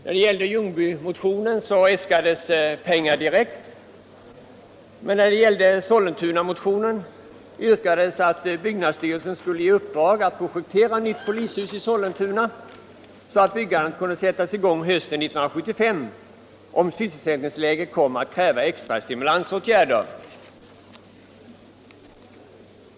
När det gällde polishuset i Ljungby äskades pengar direkt, men när det gällde Sollentuna yrkades att byggnadsstyrelsen skulle ges i uppdrag att projektera nytt polishus där, så att byggandet kunde sättas i gång hösten 1975 om sysselsättningsläget kom att kräva extra stimulansåtgärder.